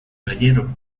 playero